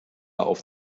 auf